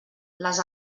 les